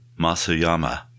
Masuyama